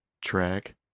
track